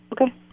Okay